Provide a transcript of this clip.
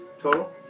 total